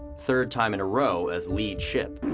third time in a row as lead ship.